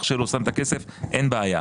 אח שלו שם את הכסף אין בעיה,